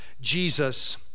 Jesus